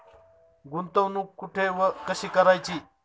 गुंतवणूक कुठे व कशी करायची?